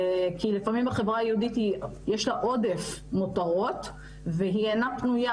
כי לפעמים החברה היהודית יש לה עודף מותרות והיא אינה פנויה